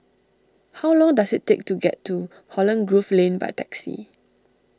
how long does it take to get to Holland Grove Lane by taxi